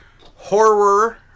horror